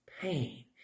Pain